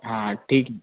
हां ठीक